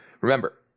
Remember